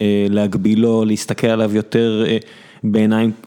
להגבילו, להסתכל עליו יותר בעיניים.